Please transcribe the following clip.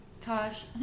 Tosh